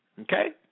Okay